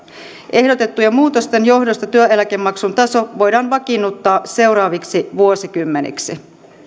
ehdotettujen muutosten johdosta työeläkemaksun taso voidaan vakiinnuttaa seuraaviksi vuosikymmeniksi